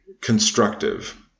constructive